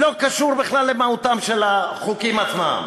לא קשור בכלל למהותם של החוקים עצמם.